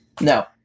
No